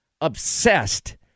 obsessed